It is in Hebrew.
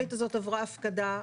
התכנית הזאת עברה הפקדה,